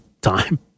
time